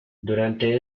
durante